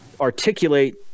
articulate